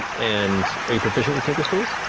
and are you proficient with tinker's tools?